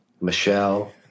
Michelle